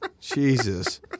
Jesus